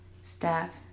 staff